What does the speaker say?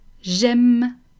J'aime